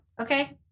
Okay